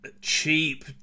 Cheap